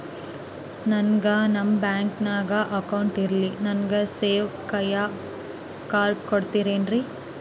ನನ್ಗ ನಮ್ ಬ್ಯಾಂಕಿನ್ಯಾಗ ಅಕೌಂಟ್ ಇಲ್ರಿ, ನನ್ಗೆ ನೇವ್ ಕೈಯ ಕಾರ್ಡ್ ಕೊಡ್ತಿರೇನ್ರಿ?